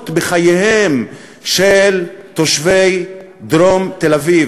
רק בחייהם של תושבי דרום תל-אביב?